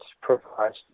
provides